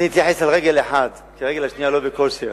אני אתייחס על רגל אחת, כי הרגל השנייה לא בכושר.